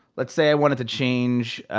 let's say i wanted to change